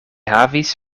havis